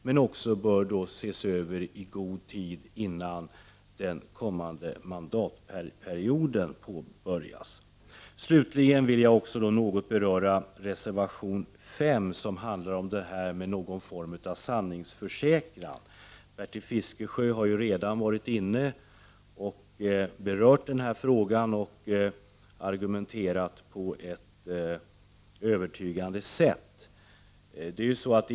Men dessa frågor bör också ses över i god tid innan den kommande mandatperioden påbörjas. Slutligen vill jag något beröra reservation 5 som handlar om sanningsförsäkran. 7 rtil Fiskesjö har ju redan berört denna fråga och argumenterat på ett övertygande sätt.